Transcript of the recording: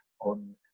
on